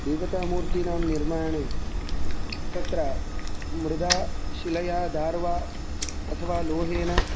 देवतामूर्तीनां निर्माणे तत्र मृदा शिलया दार्वा अथवा लोहेन